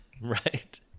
Right